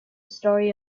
story